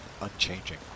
unchanging